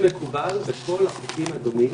כך זה מקובל בכל החוקים הדומים.